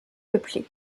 peuplé